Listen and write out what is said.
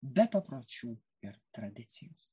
be papročių ir tradicijos